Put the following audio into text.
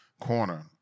Corner